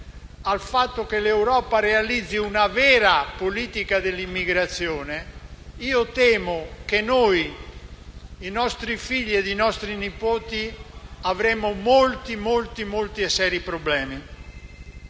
a che l'Europa realizzi una vera politica dell'immigrazione, noi, i nostri figli ed i nostri nipoti avremo molti e seri problemi.